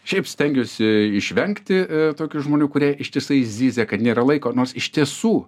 šiaip stengiuosi išvengti tokių žmonių kurie ištisai zyzia kad nėra laiko nors iš tiesų